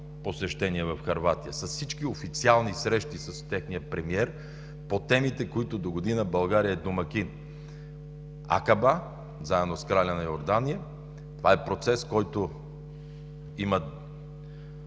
посещение в Хърватия с всички официални срещи с техния премиер по темите, по които България догодина е домакин – „Акаба“, заедно с краля на Йордания. Това е процес, който има